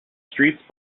streets